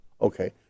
Okay